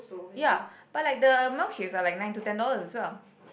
ya but like the milkshakes are like nine to ten dollars as well